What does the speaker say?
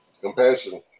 compassion